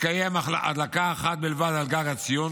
תתקיים הדלקה אחת בלבד על גג הציון,